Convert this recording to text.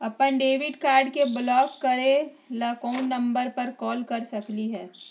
अपन debit card के block करे ला कौन नंबर पे कॉल कर सकली हई?